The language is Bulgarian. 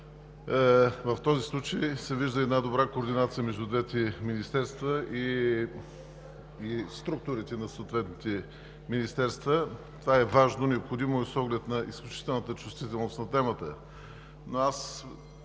В този случай се вижда една добра координация между двете министерства, между структурите на съответните министерства – това е важно, необходимо е с оглед на изключителната чувствителност на темата.